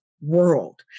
world